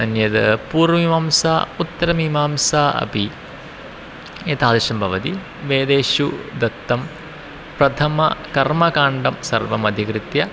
अन्यत् पूर्वमीमांसा उत्तरमीमांसा अपि एतादृशं भवति वेदेषु दत्तं प्रथमकर्मकाण्डं सर्वम् अधिकृत्य